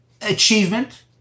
achievement